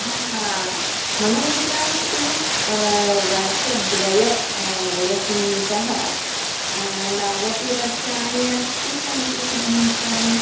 हा मम मित्राणि तु वर्षद्वयवयस्तः नवतिवर्षाणि अपि सन्ति मम मित्राणि